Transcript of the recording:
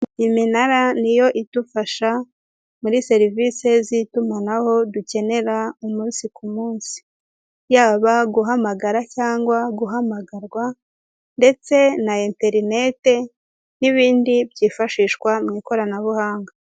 Iminara niyo idufasha muri serivisi z'itumanaho dukenera umunsi ku munsi, yaba guhamagara cyangwa guhamagarwa ndetse na interinete n'ibindi byifashishwa mu ikoranabuhanga.